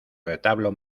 retablo